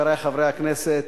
חברי חברי הכנסת,